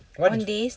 why don't